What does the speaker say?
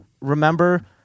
remember